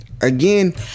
again